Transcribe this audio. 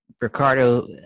Ricardo